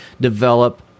develop